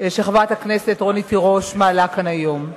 שחברת הכנסת רונית תירוש מעלה כאן היום.